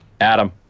Adam